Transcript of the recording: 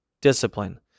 discipline